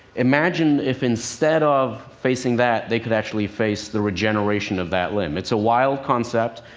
imagine if instead of facing that, they could actually face the regeneration of that limb. it's a wild concept.